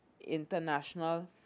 international